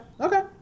Okay